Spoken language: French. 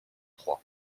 trois